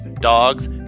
dogs